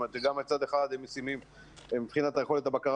גם מצד אחד הם ישימים מבחינת יכולת הבקרה